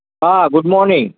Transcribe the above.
हां good morning